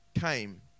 came